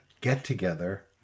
get-together